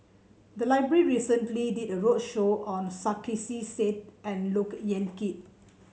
the library recently did a roadshow on Sarkasi Said and Look Yan Kit